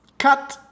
Cut